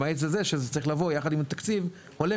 למעט זה שזה צריך לבוא עם תקציב הולם,